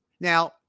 Now